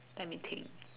let me think